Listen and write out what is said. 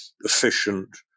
efficient